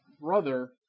brother